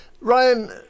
Ryan